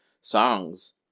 songs